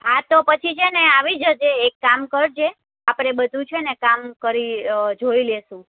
હા તો પછી છેને આવી જજે એક કામ કરજે આપણે બધું છેને કામ કરી જોઈ લઈશું